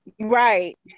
Right